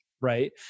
Right